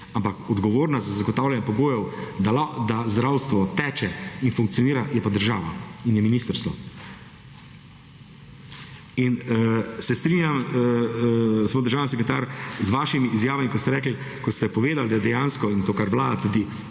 ampak odgovorna za zagotavljanje pogojev, da zdravstvo teče in funkcionira, je pa država in je ministrstvo. In se strinjam, gospod državni sekretar, z vašimi izjavami, kot ste rekli, kot ste povedali, da dejansko in to kar /